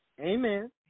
Amen